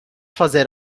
fazer